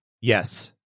Yes